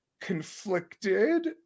conflicted